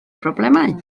problemau